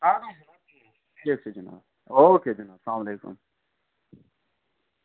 اَدٕ حظ ٹھیٖک چھُ جِناب او کے جِناب سلام علیکُم